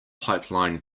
pipeline